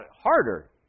harder